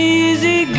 easy